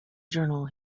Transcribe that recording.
journal